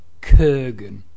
Kurgan